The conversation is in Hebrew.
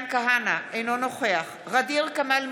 אינו נוכח ע'דיר כמאל מריח,